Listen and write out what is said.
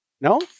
No